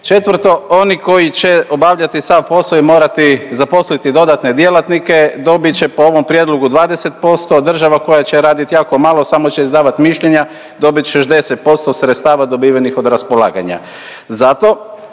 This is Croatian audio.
Četvrto, oni koji će obavljati sav posao i morati zaposliti dodatne djelatnike dobit će po ovom prijedlogu 20%, a država koja će radit jako malo, samo će izdavat mišljenja dobit će još 10% sredstava dobivenih od raspolaganja.